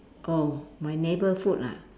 oh my neighbour food ah